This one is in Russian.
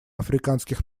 африканских